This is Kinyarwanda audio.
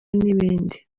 n’ibindi